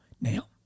now